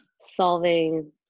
solving